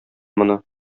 моны